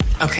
okay